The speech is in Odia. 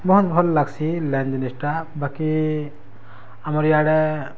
ବହୁତ୍ ଭଲ୍ ଲାଗ୍ସି ଲାଇନ୍ ଜିନିଷ୍ଟା ବାକି ଆମର୍ ଇଆଡ଼େ